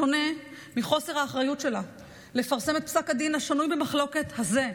בשונה מחוסר האחריות שלה לפרסם את פסק הדין השנוי במחלוקת הזה,